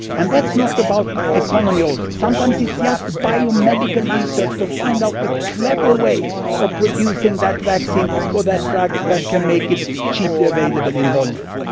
and that's not about economy also, sometimes it's just biomedical research to find out the clever way of producing that vaccine or that drug that can make it cheaply available in volume.